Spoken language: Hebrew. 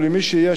או למי שיהיה,